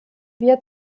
wir